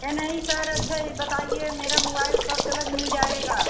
या नहीं सर अच्छा ये बताइए मेरा मोवाइल कब तक मिल जाएगा